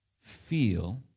feel